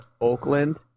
Oakland